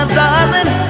darling